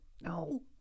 No